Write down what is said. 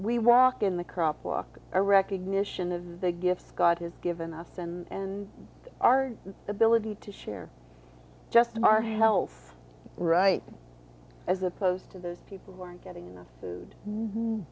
we walk in the crop walk a recognition of the gifts god has given us and our ability to share just our health right as opposed to those people who aren't getting enough food